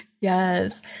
Yes